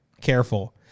careful